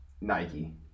nike